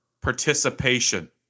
participation